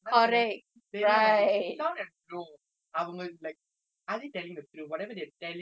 are they telling the truth whatever they telling out of their mouth is it the same thing whatever they are thinking